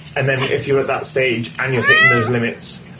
and then if you're at that stage and you're hitting those limits,